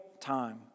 time